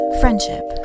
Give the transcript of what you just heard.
friendship